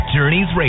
Journeys